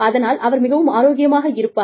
அதனால் அவர் மிகவும் ஆரோக்கியமாக இருப்பார்